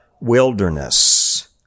wilderness